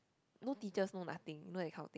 no teachers no nothing you know that kind of thing